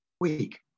week